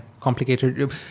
complicated